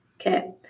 Okay